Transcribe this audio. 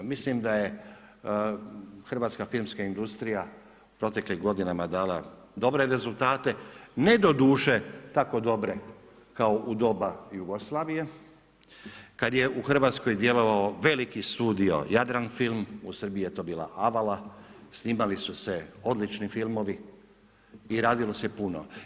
Mislim da je hrvatska filmska industrija proteklim godinama dala dobre rezultate, ne doduše tako dobre kao u doba Jugoslavije kad je u Hrvatskoj djelovao veliki studio Jadranfilm, u Srbiji je to bila Avala, snimali su se odlični filmovi i radilo se puno.